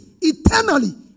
eternally